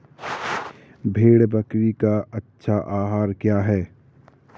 भेड़ बकरी का अच्छा आहार क्या है?